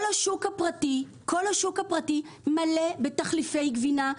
כל השוק הפרטי מלא בתחליפי גבינה.